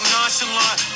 Nonchalant